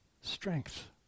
strength